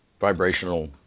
vibrational